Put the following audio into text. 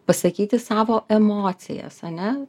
pasakyti savo emocijas ane